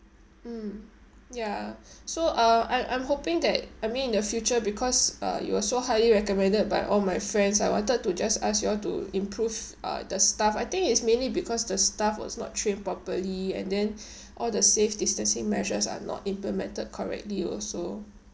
mm ya so uh I'm I'm hoping that I mean in the future because uh you was so highly recommended by all my friends I wanted to just ask you all to improve uh the staff I think it's mainly because the staff was not trained properly and then all the safe distancing measures are not implemented correctly also